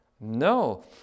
No